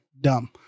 dumb